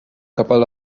couple